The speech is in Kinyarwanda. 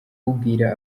kubwira